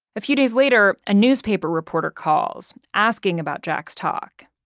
a few days later, a newspaper reporter calls, asking about jack's talk.